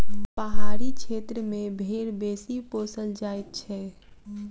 पहाड़ी क्षेत्र मे भेंड़ बेसी पोसल जाइत छै